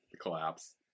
collapse